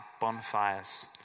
bonfires